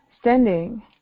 standing